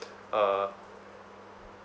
uh